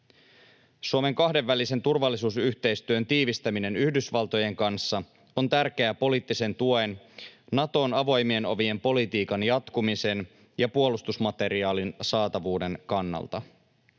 Suomen kahdenvälisen turvallisuusyhteistyön tiivistäminen Yhdysvaltojen kanssa on tärkeää poliittisen tuen, Naton avoimien ovien politiikan jatkumisen ja puolustusmateriaalin saatavuuden kannalta.